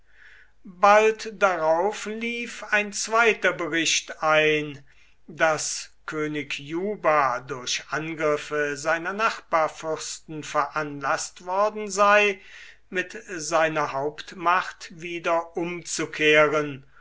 bald darauf lief ein zweiter bericht ein daß könig juba durch angriffe seiner nachbarfürsten veranlaßt worden sei mit seiner hauptmacht wieder umzukehren